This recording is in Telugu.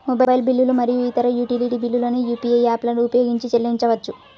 మొబైల్ బిల్లులు మరియు ఇతర యుటిలిటీ బిల్లులను యూ.పీ.ఐ యాప్లను ఉపయోగించి చెల్లించవచ్చు